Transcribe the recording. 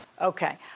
Okay